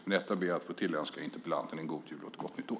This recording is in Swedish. Med detta ber jag att få tillönska interpellanten en god jul och ett gott nytt år.